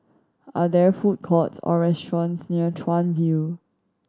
are there food courts or restaurants near Chuan View